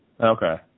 Okay